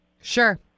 sure